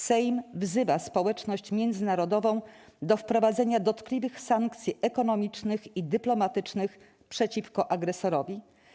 Sejm wzywa społeczność międzynarodową do wprowadzenia dotkliwych sankcji ekonomicznych i dyplomatycznych przeciwko agresorowi.